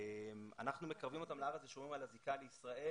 אנחנו מקרבים אותם לארץ ושומרים על הזיקה לישראל